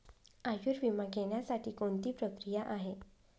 आयुर्विमा घेण्यासाठी कोणती प्रक्रिया आहे?